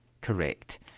Correct